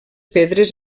pedres